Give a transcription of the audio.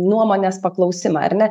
nuomonės paklausimą ar ne